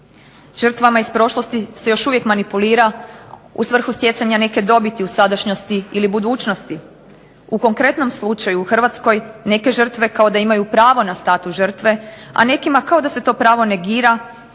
Žrtvama se iz prošlosti se još uvijek manipulira u svrhu stjecanja neke dobiti u sadašnjosti ili budućnosti. U konkretnom slučaju u Hrvatskoj neke žrtve kao da imaju pravo na status žrtve, a nekima kao da se to pravo negira